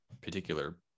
particular